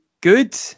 good